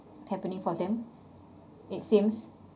happening for them it seems